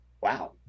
Wow